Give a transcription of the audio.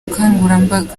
bukangurambaga